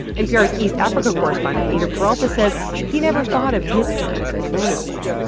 npr's east africa correspondent eyder peralta says he never thought of his parents as vulnerable.